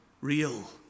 real